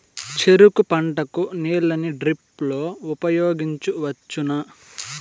చెరుకు పంట కు నీళ్ళని డ్రిప్ లో ఉపయోగించువచ్చునా?